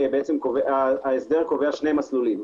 ההסדר קובע שני מסלולים,